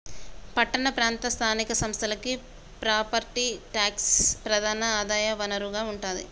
పట్టణ ప్రాంత స్థానిక సంస్థలకి ప్రాపర్టీ ట్యాక్సే ప్రధాన ఆదాయ వనరుగా ఉంటాది